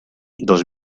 dos